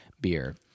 beer